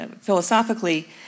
philosophically